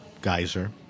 Geyser